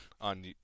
on